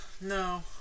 no